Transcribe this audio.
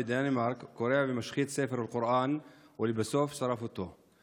בדנמרק קורע ומשחית ספר קוראן ולבסוף שורף אותו.